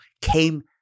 came